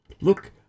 Look